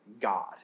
God